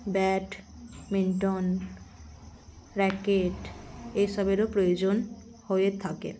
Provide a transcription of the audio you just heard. badminton racket এইসবেরও প্রয়োজন হয়ে থাকে